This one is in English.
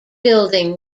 building